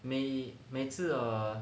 每每次 err